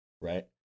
right